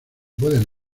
pueden